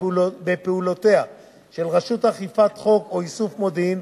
בפעולותיה של רשות אכיפת חוק או איסוף מודיעין,